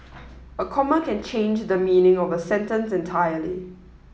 a comma can change the meaning of a sentence entirely